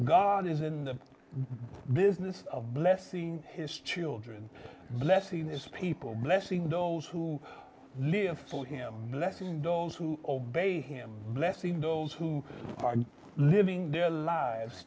god is in the business of blessing his children blessing its people blessing those who live for him blessing those who obey him blessing those who are living their lives